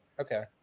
Okay